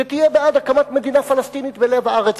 שתהיה בעד הקמת מדינה פלסטינית בלב הארץ.